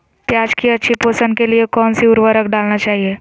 प्याज की अच्छी पोषण के लिए कौन सी उर्वरक डालना चाइए?